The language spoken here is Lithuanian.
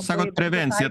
sakot prevencija